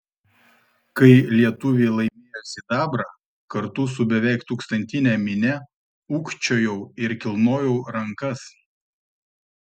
kai lietuviai laimėjo sidabrą kartu su beveik tūkstantine minia ūkčiojau ir kilnojau rankas